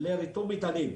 לריתום מטענים.